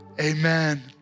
amen